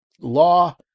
law